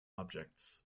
objects